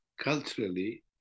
culturally